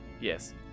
Yes